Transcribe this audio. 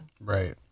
Right